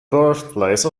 birthplace